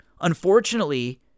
Unfortunately